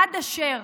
עד אשר